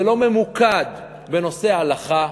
זה לא ממוקד בנושא ההלכה.